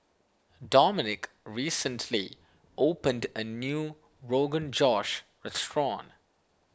Domonique recently opened a new Rogan Josh restaurant